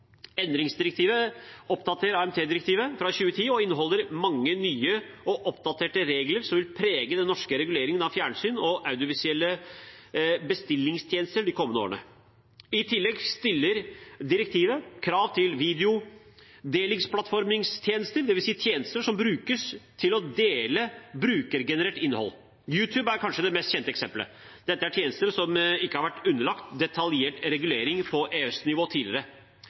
Endringsdirektivet oppdaterer AMT-direktivet fra 2010 og inneholder mange nye og oppdaterte regler som vil prege den norske reguleringen av fjernsyn og audiovisuelle bestillingstjenester de kommende årene. I tillegg stiller direktivet krav til videodelingsplattformtjenester, dvs. tjenester som brukes til å dele brukergenerert innhold. YouTube er kanskje det mest kjente eksemplet. Dette er tjenester som ikke har vært underlagt detaljert regulering på EØS-nivå tidligere.